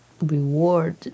reward